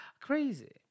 Crazy